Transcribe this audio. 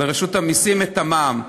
לרשות המסים את המע"מ.